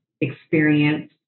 experience